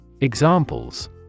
Examples